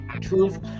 truth